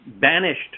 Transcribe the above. banished